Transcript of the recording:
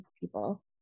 people